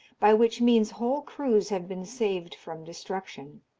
by which means whole crews have been saved from destruction.